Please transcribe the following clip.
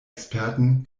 experten